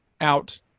out